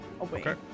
Okay